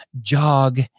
jog